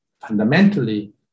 fundamentally